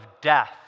death